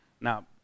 Now